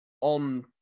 on